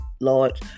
Lord